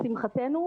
לשמחתנו,